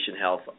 Health